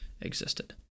existed